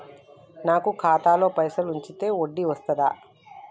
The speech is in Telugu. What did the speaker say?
నాకు ఖాతాలో పైసలు ఉంచితే వడ్డీ వస్తదా?